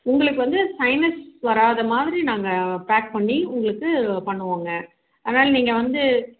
உங்களுக்கு வந்து சைனஸ் வராத மாதிரி நாங்கள் பேக் பண்ணி உங்களுக்கு பண்ணுவோங்க அதனால் நீங்கள் வந்து